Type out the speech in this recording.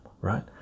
right